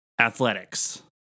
athletics